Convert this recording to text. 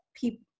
People